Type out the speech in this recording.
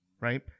right